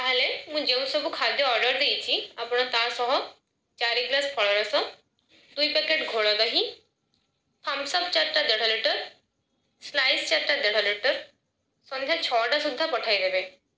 ତା'ହେଲେ ମୁଁ ଯେଉଁସବୁ ଖାଦ୍ୟ ଅର୍ଡ଼ର ଦେଇଛି ଆପଣ ତା ସହ ଚାରି ଗ୍ଲାସ୍ ଫଳ ରସ ଦୁଇ ପ୍ୟାକେଟ୍ ଘୋଳ ଦହି ଥମସ୍ ଅପ୍ ଚାରଟା ଦେଢ଼ ଲିଟର୍ ସ୍ଲାଇସ୍ ଚାରଟା ଦେଢ଼ ଲିଟର୍ ସନ୍ଧ୍ୟା ଛଅଟା ସୁଦ୍ଧା ପଠାଇଦେବେ